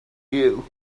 you